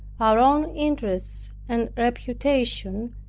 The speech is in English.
our own interests and reputation,